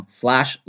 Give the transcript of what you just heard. slash